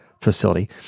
facility